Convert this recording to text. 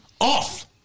Off